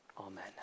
Amen